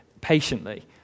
patiently